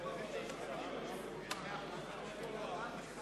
התוצאות: בעד,